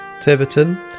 Tiverton